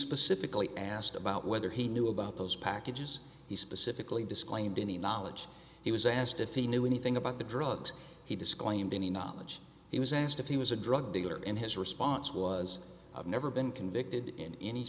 specifically asked about whether he knew about those packages he specifically disclaimed any knowledge he was asked if he knew anything about the drugs he disclaimed any knowledge he was asked if he was a drug dealer and his response was i've never been convicted in any